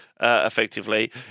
effectively